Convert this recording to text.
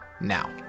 now